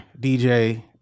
DJ